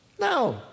no